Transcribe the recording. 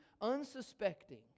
unsuspecting